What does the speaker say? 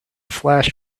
flash